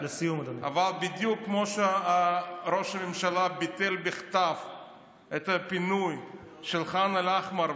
אבל בדיוק כמו שראש הממשלה ביטל בכתב את הפינוי של ח'אן אל-אחמר,